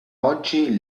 oggi